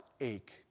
ache